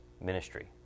ministry